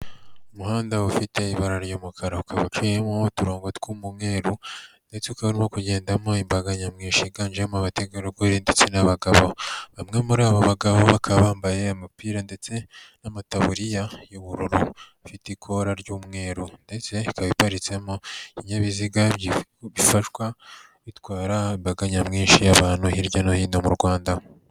Umuhanda ufite ibara ry'umukara ukaba uciyemo n'uturongo tw'umweruru ndetse ukaba urimo kugendamo imbaga nyamwinshi yiganjemo abategarugori ndetse n'abagabo bamwe muri aba bagabo bakaba bambaye imipira ndetse n'amataburiya y'ubururu ifite ikora ry'umweru ndetse ikaba iparitsemo ibinyabiziga bifashwa itwara imbaga nyamwinshi y'abantu hirya no hino mu Rwanda.